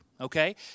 okay